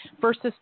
versus